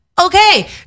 Okay